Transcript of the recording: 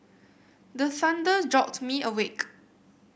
the thunder jolt me awake